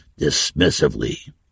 dismissively